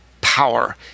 power